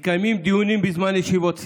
מתקיימים דיונים בזמן ישיבות סיעה,